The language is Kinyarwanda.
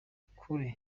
kure